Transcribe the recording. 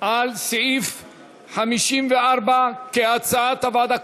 על סעיף 54, כהצעת הוועדה.